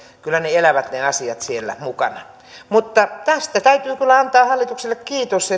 kyllä ne asiat elävät siellä mukana tästä täytyy kyllä antaa hallitukselle kiitos